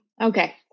okay